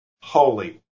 holy